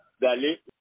d'aller